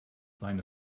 seine